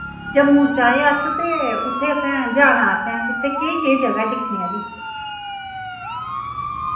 जम्मू च आए अस ते उत्थे असें जाना असें उत्थै केह् केह् जगह ऐ दिक्खने आह्ली